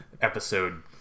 episode